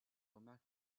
remarque